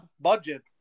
budget